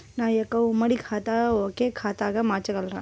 నా యొక్క ఉమ్మడి ఖాతాను ఒకే ఖాతాగా చేయగలరా?